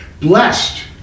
Blessed